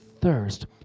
thirst